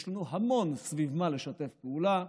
יש לנו המון סביב מה לשתף פעולה,